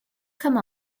come